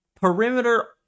perimeter